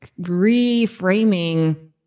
reframing